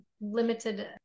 limited